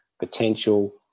potential